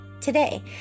today